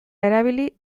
erabili